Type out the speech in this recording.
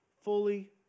fully